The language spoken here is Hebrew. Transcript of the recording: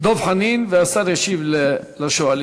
דב חנין, והשר ישיב לשואלים.